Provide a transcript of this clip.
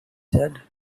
said